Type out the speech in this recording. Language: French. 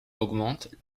augmente